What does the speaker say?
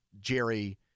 Jerry